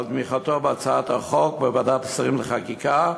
תמיכתו בהצעת החוק בוועדת שרים לחקיקה,